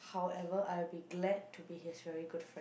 however I'll be glad to be his very good friend